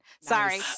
Sorry